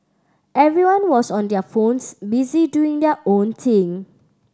everyone was on their phones busy doing their own thing